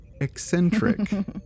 eccentric